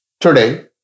Today